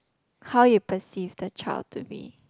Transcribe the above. how you perceive the child to be